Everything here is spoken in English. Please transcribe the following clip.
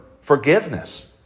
forgiveness